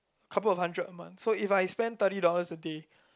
couple of hundred a month so if I spend thirty dollars a day